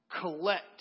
collect